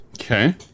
okay